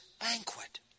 banquet